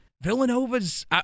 Villanova's